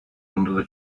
under